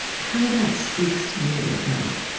how that speaks to you about